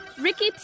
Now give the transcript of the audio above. Ricky